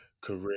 career